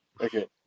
Okay